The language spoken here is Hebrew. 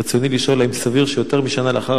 רצוני לשאול: האם סביר שיותר משנה לאחר